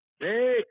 Hey